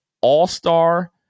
all-star